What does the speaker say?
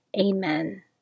Amen